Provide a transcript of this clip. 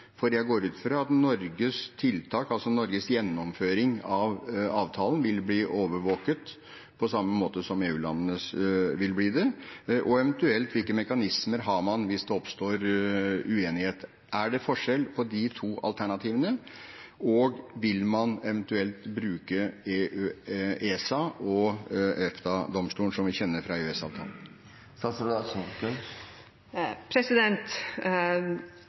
Jeg går ut fra at Norges tiltak, altså Norges gjennomføring av avtalen, vil bli overvåket på samme måte som EU-landenes vil bli det. Hvilke mekanismer har man eventuelt hvis det oppstår uenighet? Er det forskjell på de to alternativene? Og vil man eventuelt bruke ESA og EFTA-domstolen, som vi kjenner fra